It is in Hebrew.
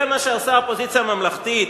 זה מה שעושה אופוזיציה ממלכתית?